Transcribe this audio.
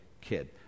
kid